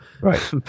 Right